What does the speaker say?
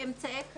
אמצעי קצה,